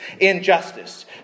injustice